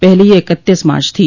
पहले यह इकतीस मार्च थी